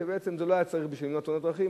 שבעצם לא היה צריך את זה בשביל למנוע תאונות דרכים,